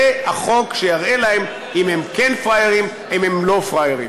זה החוק שיראה להם אם הם כן פראיירים או אם הם לא פראיירים,